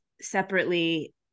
separately